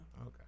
Okay